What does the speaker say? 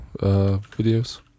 videos